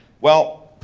well,